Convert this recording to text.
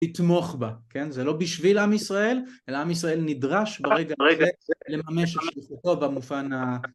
לתמוך בה, כן? זה לא בשביל עם ישראל, אלא עם ישראל נדרש ברגע הזה לממש את שליחותו במובן ה...